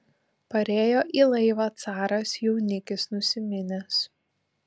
parėjo į laivą caras jaunikis nusiminęs